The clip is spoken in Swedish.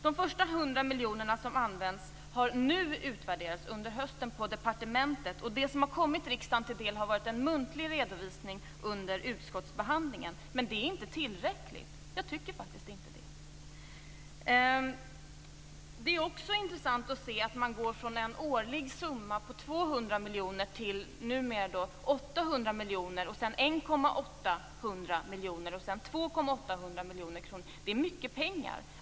De första hundra miljonerna har nu utvärderats under hösten på departementet. Riksdagen har fått en muntlig redovisning under utskottsbehandlingen. Det är inte tillräckligt. Det är också intressant att se att man går från en årlig summa på 200 miljoner till numera 800 miljoner, sedan 1,8 miljarder kronor och sedan 2,8 miljarder kronor. Det är mycket pengar.